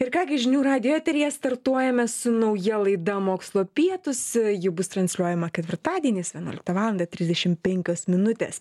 ir ką gi žinių radijo eteryje startuojame su nauja laida mokslo pietūs ji bus transliuojama ketvirtadieniais vienuoliktą valandą trisdešimt penkios minutės